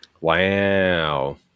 Wow